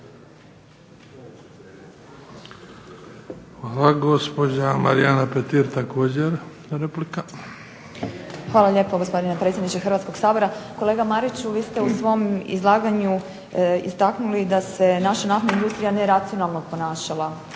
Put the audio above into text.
**Petir, Marijana (HSS)** Hvala lijepo gospodine predsjedniče Hrvatskog sabora. Kolega Mariću vi ste u svom izlaganju istaknuli da se naša naftna industrija neracionalno ponašala